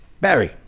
Barry